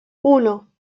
uno